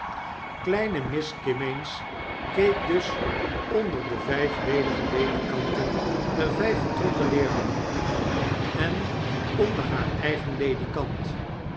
kleine miss kimmeens keek dus onder de vijf ledige ledikanten der vjjf vertrokken leerlingen en onder haar eigen ledikant